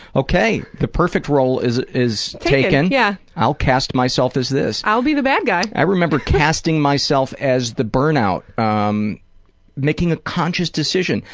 ok, the perfect role is is taken, yeah i'll cast myself as this. i'll be the bad guy. i remember casting myself as the burnout, um making a conscious decision,